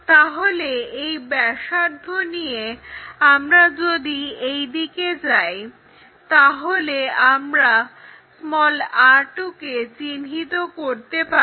তাহলে এই ব্যাসার্ধ নিয়ে আমরা যদি এই দিকে যাই তাহলে আমরা r2 কে চিহ্নিত করতে পারব